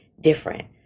different